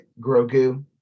Grogu